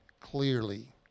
clearly